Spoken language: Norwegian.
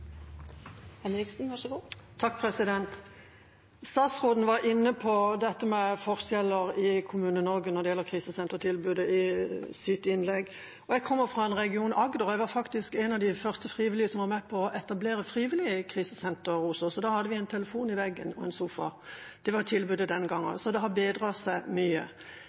med forskjeller i Kommune-Norge når det gjelder krisesentertilbudet. Jeg kommer fra Agder-regionen, og jeg var faktisk en av de første frivillige som var med på å etablere et frivillig krisesenter hos oss. Da hadde vi en telefon i veggen og en sofa. Det var tilbudet den gangen, så det har bedret seg mye.